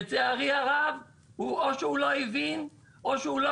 לצערי הרב או שהוא לא הבין או שהוא לא